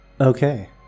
okay